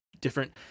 different